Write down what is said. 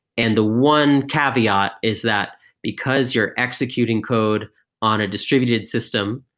and the one caveat is that because you're executing code on a distributed system,